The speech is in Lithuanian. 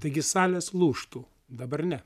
taigi salės lūžtų dabar ne